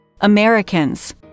Americans